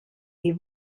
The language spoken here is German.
die